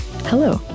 Hello